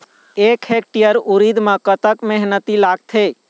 एक हेक्टेयर उरीद म कतक मेहनती लागथे?